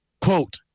quote